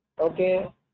Okay